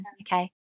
okay